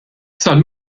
sal